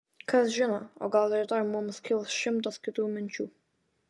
kas žino o gal rytoj mums kils šimtas kitų minčių